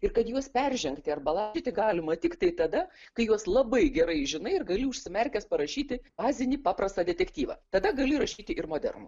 ir kad jūs peržengti arba laužyti galima tiktai tada kai juos labai gerai žinai ir gali užsimerkęs parašyti bazinį paprastą detektyvą tada gali rašyti ir modernų